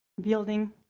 building